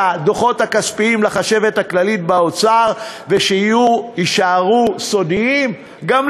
להעביר את הדוחות הכספיים לחשבת הכללית באוצר ושיישארו סודיים?